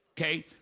okay